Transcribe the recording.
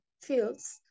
fields